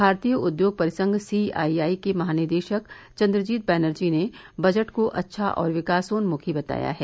भारतीय उद्योग परिसंघ सीआईआई के महानिदेशक चन्द्रजीत बैनर्जी ने बजट को अच्छा और विकासोन्मुखी बताया है